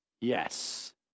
Yes